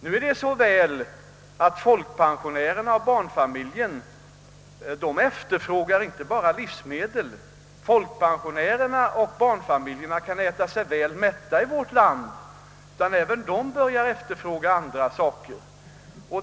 Nu är det så väl att folkpensionärerna och barnfamiljerna inte efterfrågar enbart livsmedel — de kan äta sig väl mätta i vårt land — utan även börjar efterfråga andra ting.